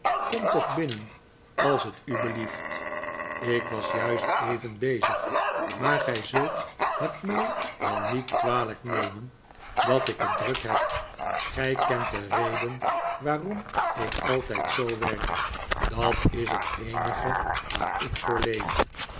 kom toch binnen als het u belieft ik was juist even bezig maar gij zult het mij wel niet kwalijk nemen dat ik het druk heb gij kent de reden waarom ik altijd zoo werk dat is het eenige waar ik voor leef